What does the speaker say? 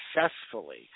successfully